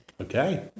Okay